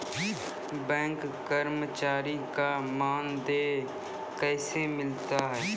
Bank कर्मचारी का मानदेय कैसे मिलता हैं?